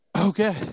Okay